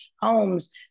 homes